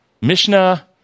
Mishnah